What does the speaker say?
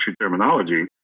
terminology